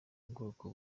ubwoko